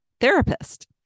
therapist